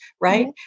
right